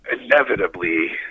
inevitably